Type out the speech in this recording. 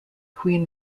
queen